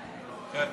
יותר?